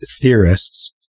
theorists